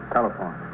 telephone